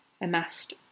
amassed